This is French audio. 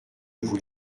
vous